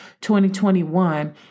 2021